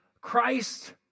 Christ